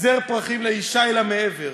זר פרחים לאישה, אלא מעבר: